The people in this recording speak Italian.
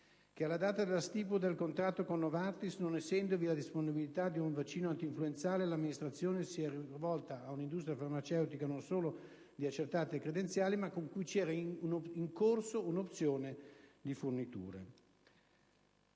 che, alla data della stipula del contratto con Novartis, non essendovi la disponibilità di un vaccino influenzale, l'amministrazione si è rivolta ad un'industria farmaceutica non solo di accertate credenziali, ma con cui era in corso una opzione di forniture.